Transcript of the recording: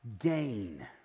gain